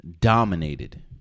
dominated